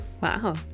Wow